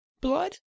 Blood